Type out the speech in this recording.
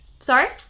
Sorry